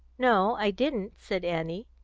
no, i didn't, said annie,